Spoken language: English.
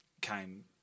came